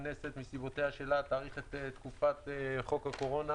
הכנסת מסיבותיה שלה תאריך את תקופת חוק הקורונה